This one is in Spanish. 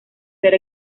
ser